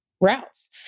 routes